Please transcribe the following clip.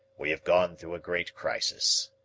we have gone through a great crisis.